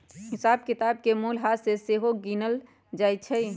हिसाब किताब में मूल्यह्रास के सेहो गिनल जाइ छइ